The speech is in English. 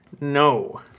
No